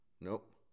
Nope